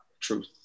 truth